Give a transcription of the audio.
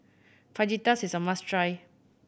fajitas is a must try